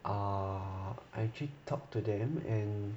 err I actually talk to them and